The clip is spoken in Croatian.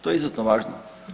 To je izuzetno važno.